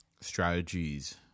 strategies